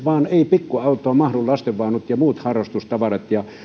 pikkuautoon eivät vain mahdu lastenvaunut ja muut harrastustavarat